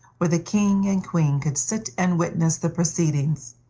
where the king and queen could sit and witness the proceedings.